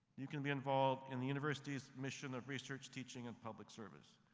you can be involved in the university's mission of research, teaching and public service.